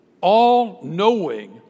all-knowing